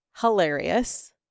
hilarious